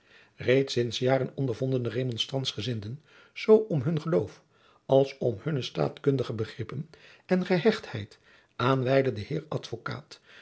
reeds sints jaren ondervonden de remonstrantsgezinden zoo om hun geloof als om hunne staatkundige begrippen en gehechtheid aan wijlen den heer advocaat